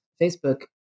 Facebook